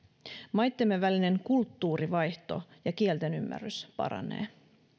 maittemme välinen kulttuurivaihto ja kielten ymmärrys paranevat